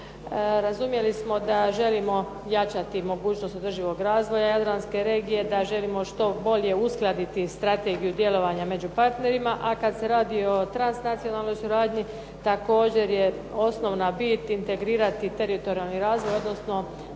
Razumjeli da želimo jačati mogućnost održivog razvoja jadranske regije, da želimo što bolje uskladiti strategiju djelovanja među partnerima, a kad se radi o transnacionalnoj suradnji također je osnovna bit integrirati teritorijalni razvoj, odnosno